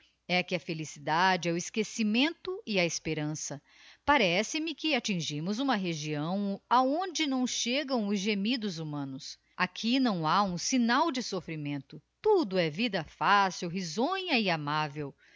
e que a felicidade é o esquecimento e a esperança parece-me que attingimos uma região aonde não chegam os gemidos humanos aqui não ha um signal de soffrimento tudo é vida fácil risonha e amável